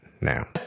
Now